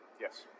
Yes